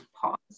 pause